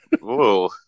Whoa